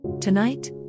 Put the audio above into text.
Tonight